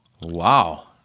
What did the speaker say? Wow